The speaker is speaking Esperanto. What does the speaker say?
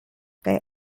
kaj